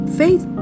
faith